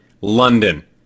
London